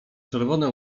czerwone